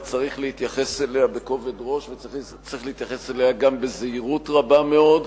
וצריך להתייחס אליה בכובד ראש וצריך להתייחס אליה גם בזהירות רבה מאוד.